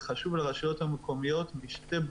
זה חשוב לרשויות המקומיות משתי בחינות.